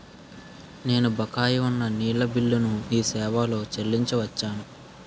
నేను బకాయి ఉన్న నీళ్ళ బిల్లును ఈ సేవాలో చెల్లించి వచ్చాను